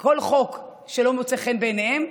כל חוק שלא מוצא חן בעיניהם,